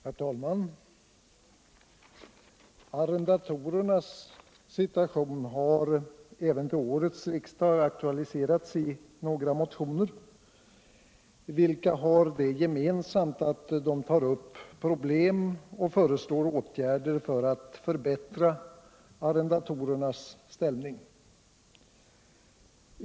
Herr talman! Arrendatorernas situation har även i år aktualiserats i några - motioner, vilka har det gemensamt att det där föreslås åtgärder för att förbättra arrendatorernas ställning.